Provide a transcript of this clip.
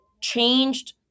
changed